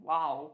Wow